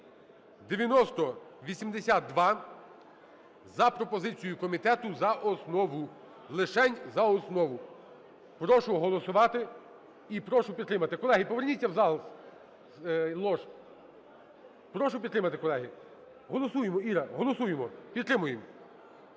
(9082) за пропозицією комітету за основу. Лишень за основу. Прошу голосувати і прошу підтримати. Колеги, поверніться в зал з лож. Прошу підтримати, колеги. Голосуємо, Іра. Голосуємо. Підтримуємо.